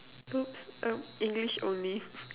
oops um English only